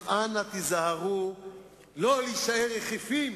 ואני לא יודע רומנית,